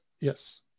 Yes